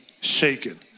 shaken